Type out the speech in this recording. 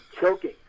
choking